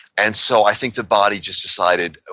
and so i think the body just decided, ah